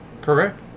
Correct